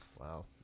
Wow